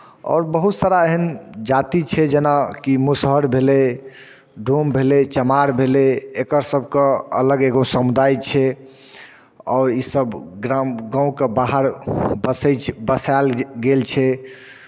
आओर बहुत सारा एहन जाति छै जेनाकि मुसहर भेलै डोम भेलै चमार भेलै एकर सभके अलग एगो समुदाय छै आओर ईसभ ग्राम गामके बाहर बसै छै बसायल गेल छै